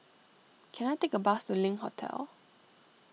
can I take a bus to Link Hotel